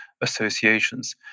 associations